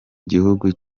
gihugu